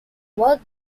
work